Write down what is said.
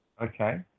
Okay